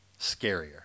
scarier